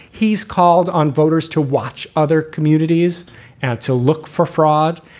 he's called on voters to watch other communities and to look for fraud.